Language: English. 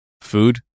food